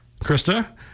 Krista